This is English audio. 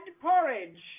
porridge